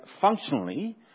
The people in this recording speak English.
functionally